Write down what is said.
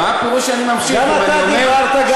גם אתה דיברת.